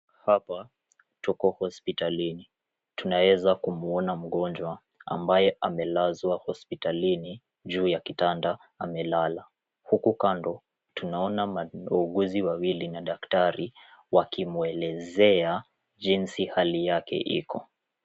Hapa tuko hospitalini, tunaeza kumuona mgonjwa ambaye amelazwa hospitalini juu ya kitanda amelala. Huku kando tuanona wauguzi wawili na daktari, wakimwelezea jinsi hali yake iko.